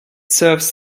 serves